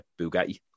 Bugatti